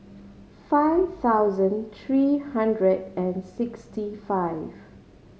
five thousand three hundred sixty five